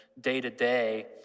day-to-day